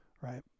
right